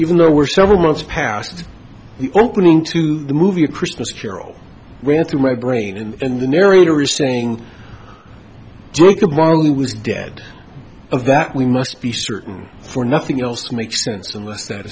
even though we're several months past the opening to the movie a christmas carol where through my brain and the narrator is saying jacob marley was dead of that we must be certain for nothing else makes sense